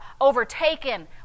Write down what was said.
overtaken